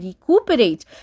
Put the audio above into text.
recuperate